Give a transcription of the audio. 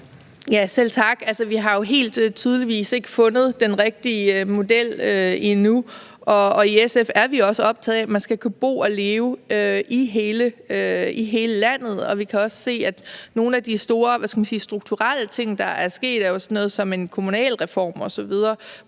Selv tak. Altså vi har jo helt tydeligvis ikke fundet den rigtige model endnu, og i SF er vi også optaget af, at man skal kunne bo og leve i hele landet. Vi kan også se, at nogle af de store, man kan sige strukturelle ting, der er sket, er jo sådan noget som en kommunalreform,